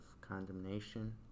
condemnation